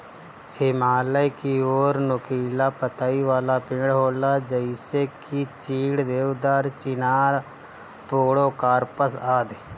हिमालय की ओर नुकीला पतइ वाला पेड़ होला जइसे की चीड़, देवदार, चिनार, पोड़ोकार्पस आदि